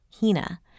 Hina